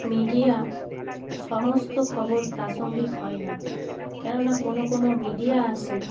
media সমস্ত খবর প্রাসঙ্গিক হয় না কেননা কোনো কোনো মিডিয়া আসে